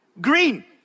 green